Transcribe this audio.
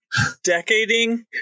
decading